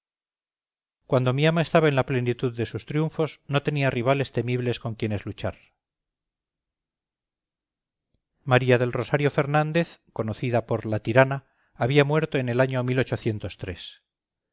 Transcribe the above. cuando mi ama estaba en la plenitud de sus triunfos no tenía rivales temibles con quienes luchar maría del rosario fernández conocida por la tirana había muerto el año rita